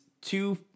two